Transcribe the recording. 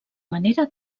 manera